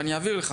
ואני אעביר לך